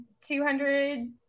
200